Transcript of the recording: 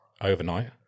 overnight